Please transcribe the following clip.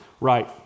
right